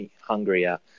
hungrier